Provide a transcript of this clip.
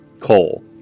coal